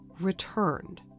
returned